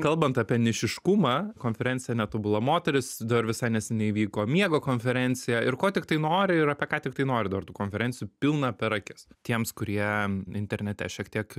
kalbant apie nišiškumą konferencija netobula moteris dar visai neseniai vyko miego konferencija ir ko tiktai nori ir apie ką tiktai nori dar tų konferencijų pilną per akis tiems kurie internete šiek tiek